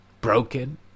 broken